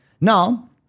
Now